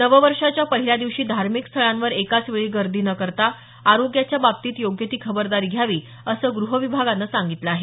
नववर्षाच्या पहिल्या दिवशी धार्मिक स्थळांवर एकाच वेळी गर्दी न करता आरोग्याच्या बाबतीत योग्य ती खबरदारी घ्यावी असं आवाहन गृह विभागानं केलं आहे